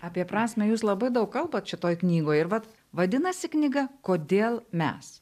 apie prasmę jūs labai daug kalbat šitoj knygoj ir vat vadinasi knyga kodėl mes